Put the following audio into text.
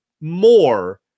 more